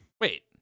Wait